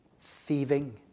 thieving